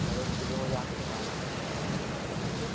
sir उसके लिए मुझे घर आपके घर आना पड़ेगा जब मैं